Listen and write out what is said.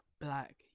black